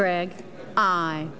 greg i